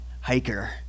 hiker